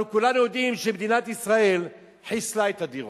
אנחנו כולנו יודעים שמדינת ישראל חיסלה את הדירות,